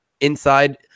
inside